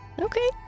Okay